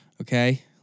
Okay